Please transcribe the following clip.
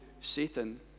Satan